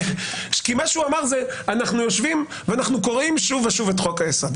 הוא אמר: אנחנו יושבים ואנחנו קוראים שוב ושוב את חוק היסוד.